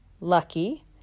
lucky